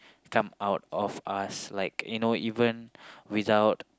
come out of us like you know even without